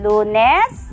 Lunes